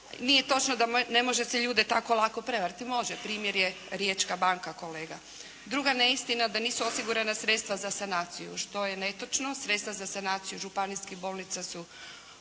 Nije točno, ne može se ljude tako lako prevariti, može, primjer je Riječka banka, kolega. Druga neistina, da nisu osigurana sredstva za sanaciju. Što je netočno, sredstva za sanaciju županijskih bolnica su